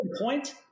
point